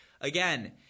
again—